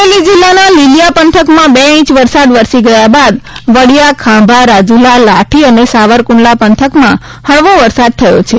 અમરેલી જીલ્લાના લીલીયા પંથકમાં બે ઇંચ વરસાદ વરસી ગયા બાદ વડીયા ખાંભા રાજૂલા લાઠી અને સાવરકુંડલા પંથકમાં હળવો વરસાદ થયો છે